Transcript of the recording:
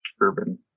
urban